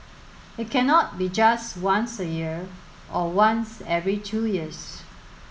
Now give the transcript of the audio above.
it cannot be just once a year or once every two years